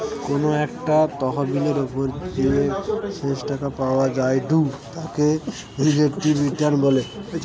কোনো একটা তহবিলের ওপর যে শেষ টাকা পাওয়া জায়ঢু তাকে রিলেটিভ রিটার্ন বলে